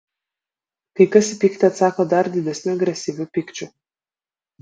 kai kas į pyktį atsako dar didesniu agresyviu pykčiu